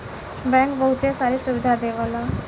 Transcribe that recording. bank बहुते सारी सुविधा देवला